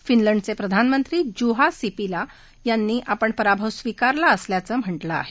फिनलंडचे प्रधानमंत्री Juha Sipila यांनी आपण पराभव स्वीकारला असल्याचं म्हटलं आहे